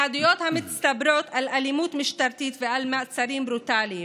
מהעדויות המצטברות על אלימות משטרתית ועל מעצרים ברוטליים.